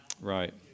Right